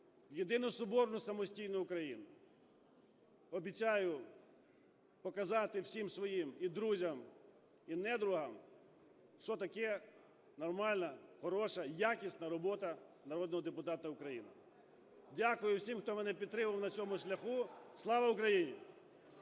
єдину, соборну, самостійну Україну. Обіцяю показати всім свої і друзям, і недругам, що таке нормальна, хороша, якісна робота народного депутата України. Дякую всім, хто мене підтримував на цьому шляху. Слава Україні!